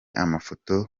amafoto